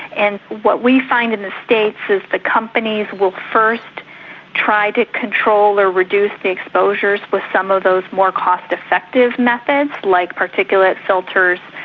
and what we find in the states is the companies will first try to control or reduce the exposures with some of those more cost-effective methods, like particulate filters,